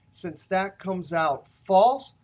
since that comes out false,